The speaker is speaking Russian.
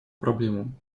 проблемам